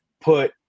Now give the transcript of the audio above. put –